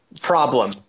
problem